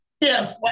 Yes